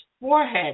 forehead